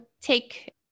take